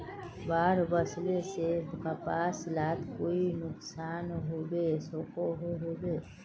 बाढ़ वस्ले से कपास लात कोई नुकसान होबे सकोहो होबे?